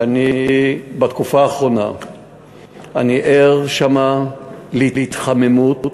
שבתקופה האחרונה אני ער לכך שיש שמה התחממות